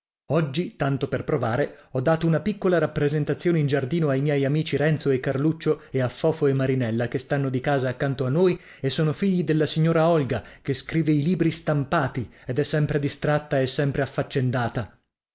oggi tanto per provare ho dato una piccola rappresentazione in giardino ai miei amici renzo e carluccio e a fofo e marinella che stanno di casa accanto a noi e sono figli della signora olga che scrive i libri stampati ed è sempre distratta e sempre affaccendata